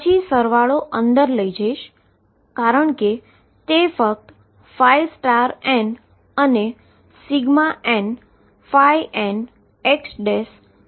પછી સરવાળો અંદર લઈશ કારણ કે તે ફક્ત n અને nnxn